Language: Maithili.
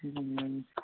हुँ